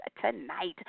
tonight